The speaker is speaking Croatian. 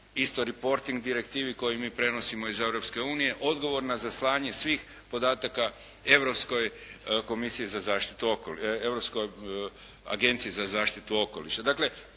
isto reporting direktivi koju mi prenosimo iz Europske unije odgovorna za slanje svih podataka Europskoj agenciji za zaštitu okoliša.